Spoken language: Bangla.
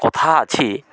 কথা আছে